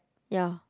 ya